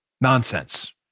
Nonsense